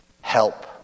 help